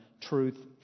truth